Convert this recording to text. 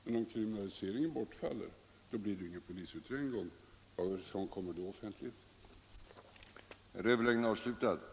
Men om kriminaliseringen bortfaller, så blir det ju ingen polis Nr 23 utredning, och varifrån kommer då offentligheten? Tisdagen den